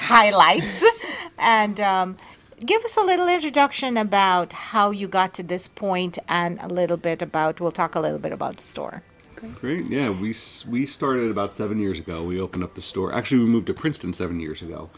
highlight and give us a little introduction about how you got to this point and a little bit about we'll talk a little bit about store you know we started about seven years ago we opened up the store actually moved to princeton seven years ago